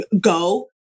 go